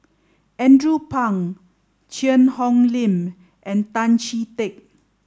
Andrew Phang Cheang Hong Lim and Tan Chee Teck